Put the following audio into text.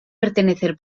pertenecer